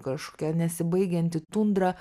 kažkokia nesibaigianti tundra